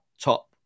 top